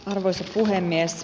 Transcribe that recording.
arvoisa puhemies